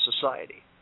society